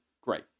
great